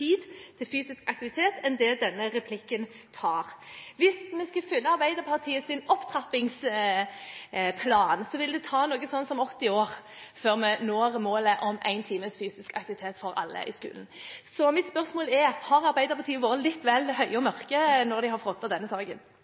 enn det denne replikken tar. Hvis vi skulle følge Arbeiderpartiets opptrappingsplan, ville det ta noe sånt som 80 år før vi når målet om én times fysisk aktivitet for alle i skolen. Mitt spørsmål er: Har Arbeiderpartiet vært litt vel høye og mørke når de har frontet denne saken?